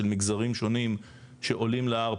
של מגזרים שונים שעולים להר,